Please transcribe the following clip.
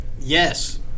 Yes